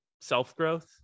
self-growth